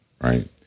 right